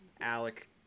Alec